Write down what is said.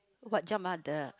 what jump are the